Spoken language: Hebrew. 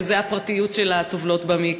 בנושא הפרטיות של הטובלות במקווה.